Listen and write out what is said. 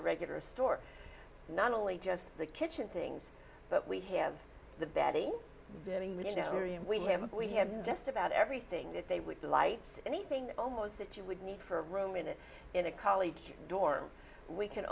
a regular store not only just the kitchen things but we have the betty we have we have just about everything that they would delight anything almost that you would need for a room in a in a college dorm we can